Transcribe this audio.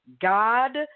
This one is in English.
God